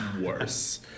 worse